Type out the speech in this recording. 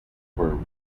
were